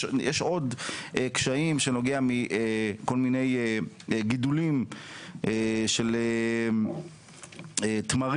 יש עוד קשיים שנובעים מכל מיני גידולים של תמרים,